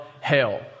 hell